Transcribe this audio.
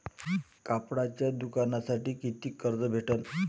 कापडाच्या दुकानासाठी कितीक कर्ज भेटन?